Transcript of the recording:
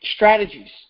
Strategies